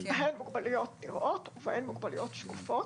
בהן מוגבלויות נראות ובהן מוגבלויות שקופות.